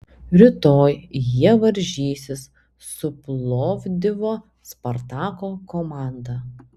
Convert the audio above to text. rytoj jie varžysis su plovdivo spartako komanda